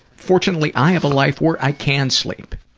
fortunately, i have a live where i can sleep.